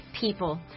people